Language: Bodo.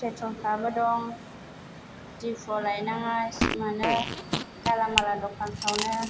प्रेटलफ्राबो दं दिफुआव लाइनाङा मोनो गाला माला दखानफ्रावनो